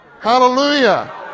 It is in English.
Hallelujah